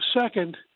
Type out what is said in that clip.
Second